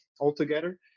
altogether